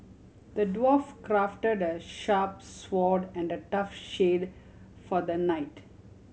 the dwarf crafted a sharp sword and a tough shield for the knight